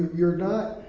you're not